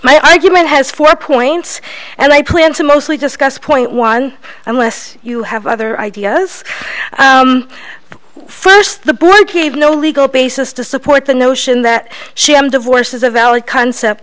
my argument has four points and i plan to mostly discuss point one unless you have other ideas first the bouquet have no legal basis to support the notion that she i'm divorced is a valid concept